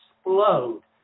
explode